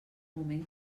moment